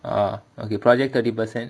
ah okay project thirty percent